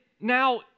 now